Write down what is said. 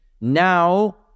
Now